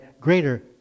greater